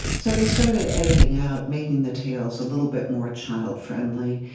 so they started editing out, making the tales a little bit more child-friendly,